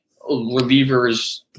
relievers